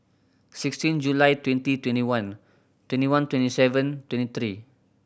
sixteen July twenty twenty one twenty one twenty seven twenty three